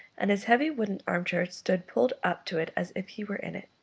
and his heavy wooden arm-chair stood pulled up to it as if he were in it.